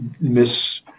miss